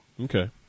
Okay